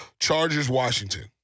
Chargers-Washington